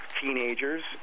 teenagers